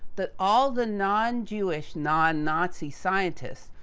that all the non jewish, non nazi scientists,